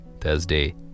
Thursday